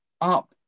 up